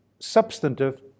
substantive